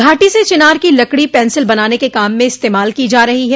घाटी से चिनार की लकड़ी पेंसिल बनाने के काम में इस्तेमाल की जा रही है